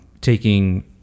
taking